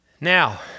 Now